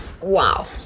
wow